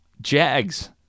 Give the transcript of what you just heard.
Jags